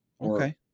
okay